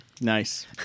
Nice